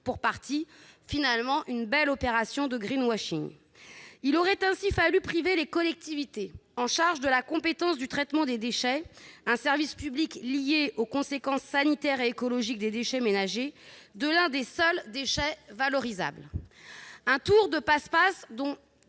pour partie ... Finalement, une belle opération de ! Il aurait ainsi fallu priver les collectivités, chargées de la compétence du traitement des déchets, un service public lié aux conséquences sanitaires et écologiques des déchets ménagers, de l'un des seuls déchets valorisables. Un tour de passe-passe dont